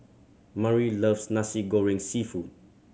Murry loves Nasi Goreng Seafood